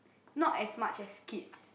not as much as kids